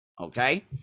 okay